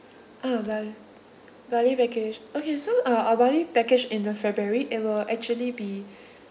ah bali bali package okay so uh our bali package in the february it will actually be